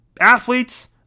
athletes